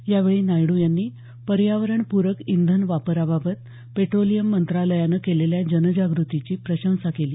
यावेळी नायडू यांनी पर्यावरणपूरक इंधन वापराबाबत पेट्रोलियम मंत्रालयानं केलेल्या जनजाग्रतीची प्रशंसा केली